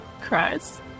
Cries